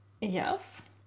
Yes